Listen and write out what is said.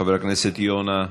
חבר הכנסת יונה.